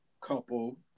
couple